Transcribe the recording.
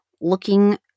looking